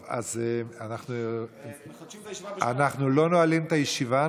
אנחנו לא נועלים את הישיבה.